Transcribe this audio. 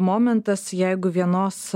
momentas jeigu vienos